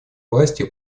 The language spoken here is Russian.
власти